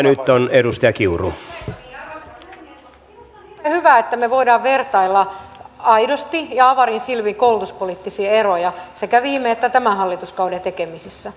minusta on hirveän hyvä että me voimme vertailla aidosti ja avarin silmin koulutuspoliittisia eroja sekä viime että tämän hallituskauden tekemisissä